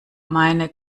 meine